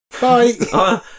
bye